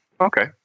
Okay